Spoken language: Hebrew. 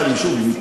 היו לי, אגב,